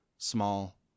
small